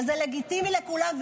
וזה לגיטימי לכולם,